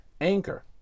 Anchor